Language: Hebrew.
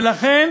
ולכן